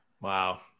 Wow